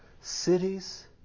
cities